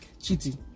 cheating